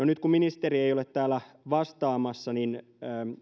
nyt kun ministeri ei ole täällä vastaamassa niin